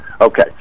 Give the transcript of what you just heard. Okay